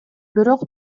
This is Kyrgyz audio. бирок